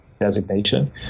designation